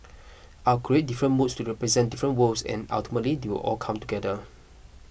I'll create different moods to represent different worlds and ultimately they will all come together